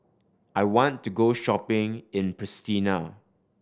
I want to go shopping in Pristina